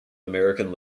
american